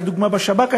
היה דוגמה בשב"כ,